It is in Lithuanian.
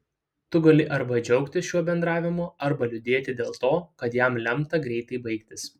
tu gali arba džiaugtis šiuo bendravimu arba liūdėti dėl to kad jam lemta greitai baigtis